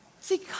see